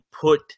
put